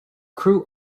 crew